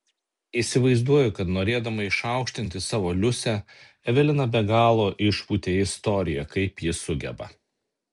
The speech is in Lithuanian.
įsivaizduoju kad norėdama išaukštinti savo liusę evelina be galo išpūtė istoriją kaip ji sugeba